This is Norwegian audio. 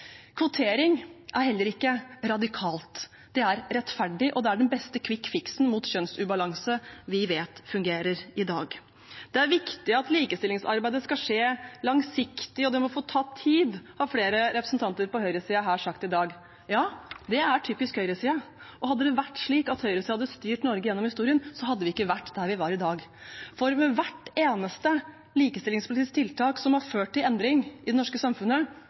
Kvotering er heller ikke radikalt, det er rettferdig, og det er den beste kvikkfiks mot kjønnsubalanse vi vet fungerer i dag. Det er viktig at likestillingsarbeidet skal skje langsiktig, og det må få ta tid, har flere representanter for høyresiden sagt her i dag. Ja, det er typisk høyresiden. Hadde det vært slik at høyresiden hadde styrt Norge gjennom historien, hadde vi ikke vært der vi er i dag. For hvert eneste likestillingspolitiske tiltak som har ført til endring i det norske samfunnet,